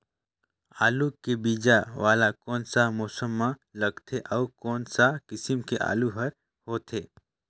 आलू के बीजा वाला कोन सा मौसम म लगथे अउ कोन सा किसम के आलू हर होथे?